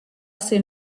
ser